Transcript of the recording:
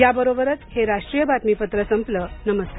याबरोबरच हे राष्ट्रीय बातमीपत्र संपलं नमस्कार